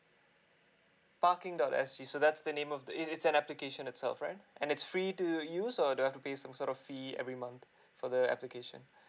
parking dot S G so that's the name of the it's it's an application itself right and it's free to use or do I have to pay some sort of fee every month for the application